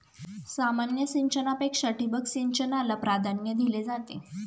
सामान्य सिंचनापेक्षा ठिबक सिंचनाला प्राधान्य दिले जाते